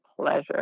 pleasure